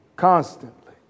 constantly